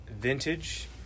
vintage